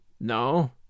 No